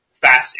fast